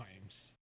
times